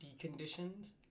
deconditioned